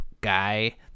guy